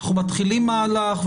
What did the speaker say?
אנחנו מתחילים מהלך.